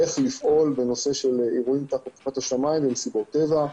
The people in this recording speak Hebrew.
איך לפעול בנושא של אירועים תחת כיפת השמים ובמסיבות טבע,